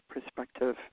perspective